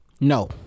No